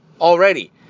already